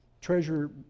treasure